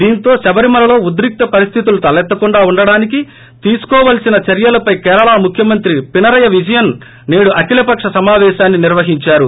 దీంతో శబరిమలలో ఉద్రిక్త పరిస్థితులు తలెత్తకుండా ఉండడానికి తీసుకోవాల్సిన చర్యలపై కేరళ ముఖ్యమంత్రి పినరయి ేవిజయన్ నేడు అఖిలపక్ష సమావేశాన్ని నీర్యహించారు